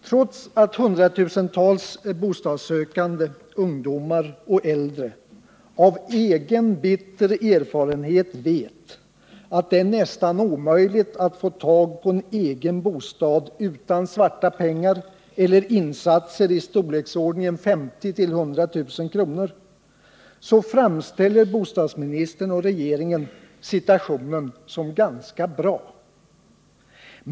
Trots att hundratusentals ungdomar och äldre av bitter erfarenhet vet, att det är nästan omöjligt att få tag på en egen bostad utan svarta pengar eller insatser i storleksordningen 50 000-100 000 kr., framställer bostadsministern och regeringen situationen som ganska bra!